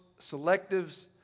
selectives